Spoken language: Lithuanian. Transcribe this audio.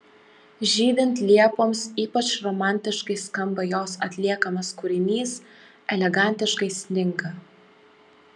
žydint liepoms ypač romantiškai skamba jos atliekamas kūrinys elegantiškai sninga